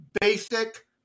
basic